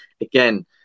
Again